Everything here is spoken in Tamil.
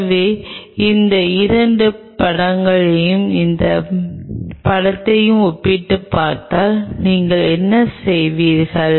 எனவே இந்த 2 படங்களையும் இந்த படத்தையும் ஒப்பிட்டுப் பார்த்தால் நீங்கள் என்ன செய்கிறீர்கள்